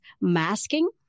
masking